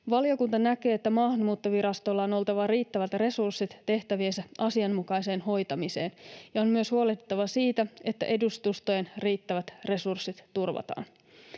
Valiokunta näkee, että Maahanmuuttovirastolla on oltava riittävät resurssit tehtäviensä asianmukaiseen hoitamiseen, ja on myös huolehdittava siitä, että edustustojen riittävät resurssit turvataan.